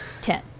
Ten